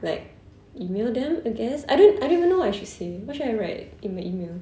like email them I guess I don't I don't even know what I should say what should I write in my email